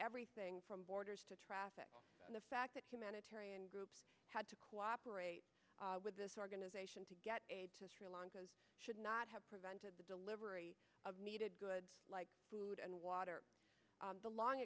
everything from borders to traffic and the fact that humanitarian groups had to cooperate with this organization to get should not have prevented the delivery of goods like food and water the long